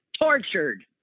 tortured